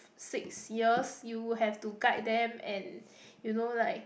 six years you will have to guide them and you know like